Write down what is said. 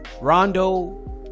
Rondo